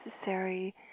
necessary